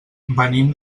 venim